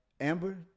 Amber